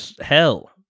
hell